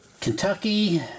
Kentucky